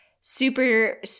super